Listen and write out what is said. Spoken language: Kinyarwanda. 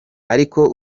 ariko